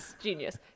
genius